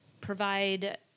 provide